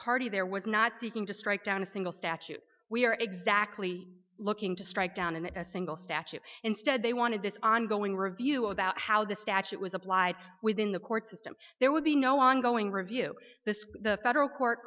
party there was not seeking to strike down a single statute we are exactly looking to strike down in a single statute instead they wanted this ongoing review about how the statute was applied within the court system there would be no ongoing review this the federal court